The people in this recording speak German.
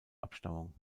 abstammung